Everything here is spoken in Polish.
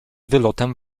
wylotem